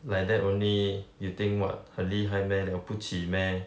like that only you think what 很厉害 meh 了不起 meh